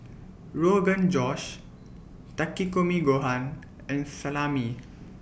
Rogan Josh Takikomi Gohan and Salami